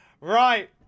Right